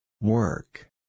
Work